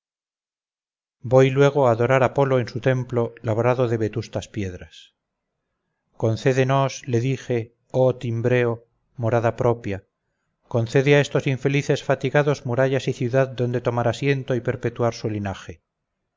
voy luego a adorar a apolo en su templo labrado de vetustas piedras concédenos le dije oh timbreo morada propia concede a estos infelices fatigados murallas y ciudad donde tomar asiento y perpetuar su linaje